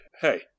hey